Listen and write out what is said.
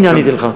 הנה, עניתי לך.